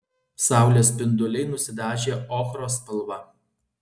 saulės spinduliai nusidažė ochros spalva